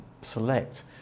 select